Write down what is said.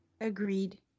Agreed